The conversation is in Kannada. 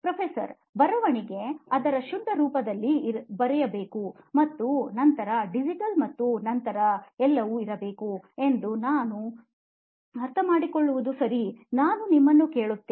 ಪ್ರೊಫೆಸರ್ ಬರವಣಿಗೆ ಅದರ ಶುದ್ಧ ರೂಪದಲ್ಲಿ ಬರೆಯಬೇಕು ಮತ್ತು ನಂತರ ಡಿಜಿಟಲ್ ಮತ್ತು ನಂತರ ಎಲ್ಲವು ಇರಬಹುದು ಎಂದು ನಾವು ನಾನು ಅರ್ಥಮಾಡಿಕೊಳ್ಳುವುದು ಸರಿ ನಾನು ನಿಮ್ಮನ್ನು ಕೇಳುತ್ತೇನೆ